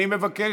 אני מבקש.